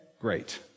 great